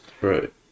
right